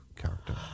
Character